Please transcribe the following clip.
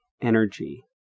energy